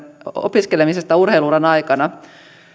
opiskelemisesta urheilu uran aikana